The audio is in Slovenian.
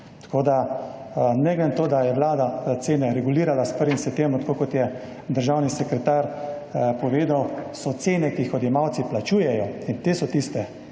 glede na to da je vlada cene regulirala s 1. septembrom, tako kot je državni sekretar povedal, so cene, ki jih odjemalci plačujejo, in te so tiste,